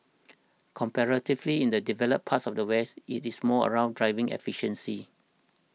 comparatively in the developed parts of the West it's more around driving efficiency